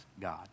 God